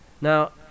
Now